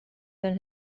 than